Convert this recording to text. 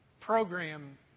program